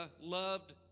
loved